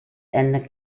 and